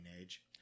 age